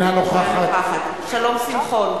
אינה נוכחת שלום שמחון,